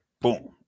boom